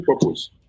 purpose